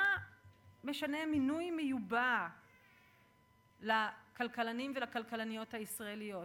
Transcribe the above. מה משנה מינוי מיובא לכלכלנים ולכלכלניות הישראליות?